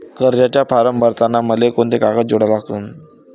कर्जाचा फारम भरताना मले कोंते कागद जोडा लागन?